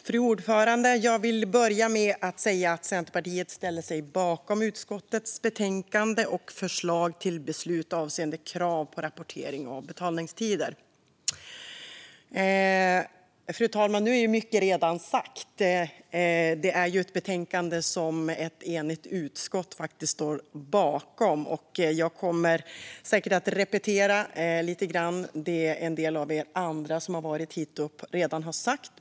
Fru talman! Centerpartiet ställer sig bakom utskottets betänkande Krav på rapportering av betalningstider . Jag yrkar bifall till förslaget till beslut. Fru talman! Nu är mycket redan sagt av tidigare talare. Det är ju ett betänkande som ett enigt utskott står bakom. Jag kommer säkert att repetera en del av det som ni andra som varit uppe i talarstolen redan har sagt.